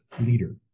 leader